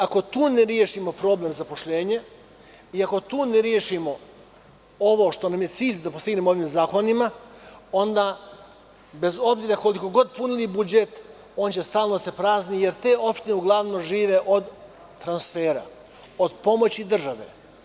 Ako tu ne rešimo problem zaposlenja i ako tu ne rešimo ovo što nam je cilj da postignemo ovim zakonima, onda, koliko god punili budžet, on će stalno da se prazni, jer te opštine uglavnom žive od transfera, od pomoći države.